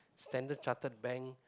Standard Chartered Bank